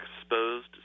exposed